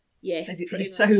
Yes